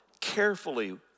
carefully